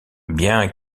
bien